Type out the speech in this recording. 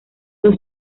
los